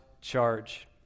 charge